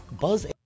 Buzz